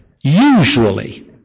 usually